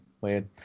Weird